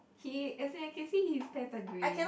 k as in I can see his pants are green